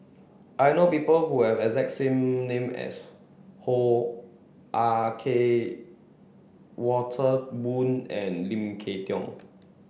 I know people who have exact name as Hoo Ah Kay Walter Woon and Lim Kay Tong